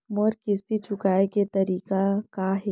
मोर किस्ती चुकोय के तारीक का हे?